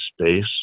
space